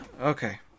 okay